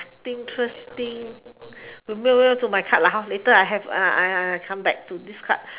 interesting you move on to my card later I I I come back to this card